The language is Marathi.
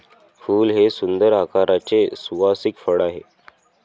फूल हे सुंदर आकाराचे सुवासिक फळ आहे